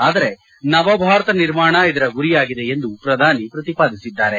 ಆದರೆ ನವಭಾರತ ನಿರ್ಮಾಣ ಇದರ ಗುರಿಯಾಗಿದೆ ಎಂದು ಪ್ರಧಾನಿ ಪ್ರತಿಪಾದಿಸಿದ್ದಾರೆ